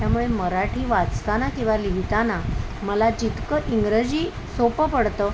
त्यामुळे मराठी वाचताना किंवा लिहिताना मला जितकं इंग्रजी सोपं पडतं